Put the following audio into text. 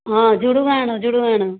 ହଁ ଝୁଡ଼ଙ୍ଗ ଆଣ ଝୁଡ଼ଙ୍ଗ ଆଣ